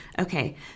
Okay